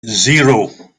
zero